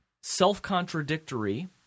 self-contradictory